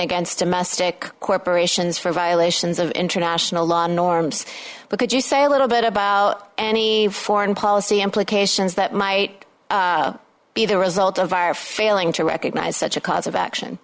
against domestic corporations for violations of international law norms but could you say a little bit about any foreign policy implications that might be the result of our failing to recognise such a cause of action